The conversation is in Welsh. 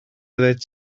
oeddet